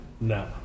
No